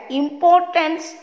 importance